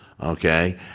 okay